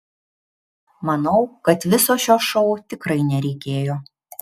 manau kad viso šio šou tikrai nereikėjo